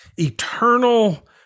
eternal